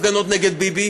הפגנות נגד ביבי,